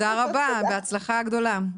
טוב, תודה רבה ובהצלחה גדולה.